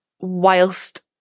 whilst